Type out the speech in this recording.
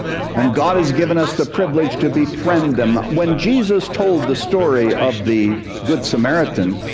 and god has given us the privilege to befriend them. when jesus told the story of the good samaritan,